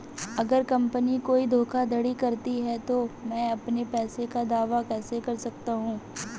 अगर कंपनी कोई धोखाधड़ी करती है तो मैं अपने पैसे का दावा कैसे कर सकता हूं?